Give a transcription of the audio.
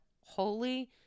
holy